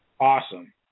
awesome